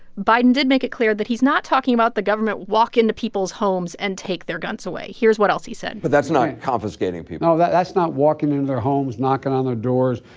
biden did make it clear that he's not talking about the government walk into people's homes and take their guns away. here's what else he said but that's not confiscating people no, that's not walking into their homes, knocking on their doors,